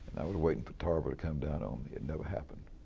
was waiting for tarver to come down on me. it never happened.